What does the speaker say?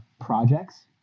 projects